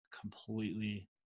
completely